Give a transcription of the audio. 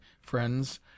friends